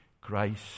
Christ